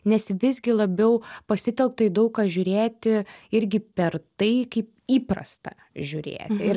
nes visgi labiau pasitelkta į daug ką žiūrėti irgi per tai kaip įprasta žiūrėti ir